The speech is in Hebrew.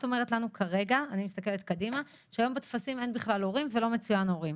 את אומרת לנו כרגע שהיום בטפסים אין בכלל הורים ולא מצוין הורים.